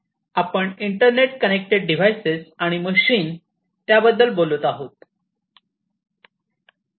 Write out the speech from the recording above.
आपण internet connected devices आणि machine त्याबद्दल बोलत आहोत